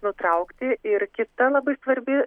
nutraukti ir kita labai svarbi